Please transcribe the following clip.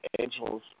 angels